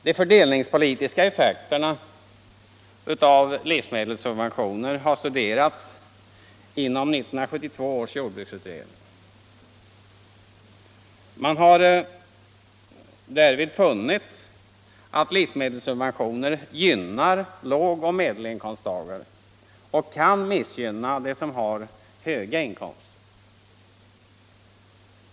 De fördelningspolitiska effekterna av livsmedelssubventioner har studerats inom 1972 års jordbruksutredning. Man har därvid funnit att livsmedelssubventioner gynnar låg och medelinkomsttagare och kan missgynna dem som har höga inkomster.